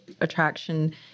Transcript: attraction